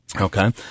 Okay